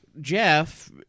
Jeff